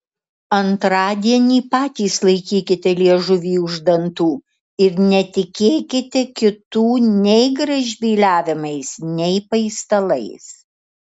antradienį patys laikykite liežuvį už dantų ir netikėkite kitų nei gražbyliavimais nei paistalais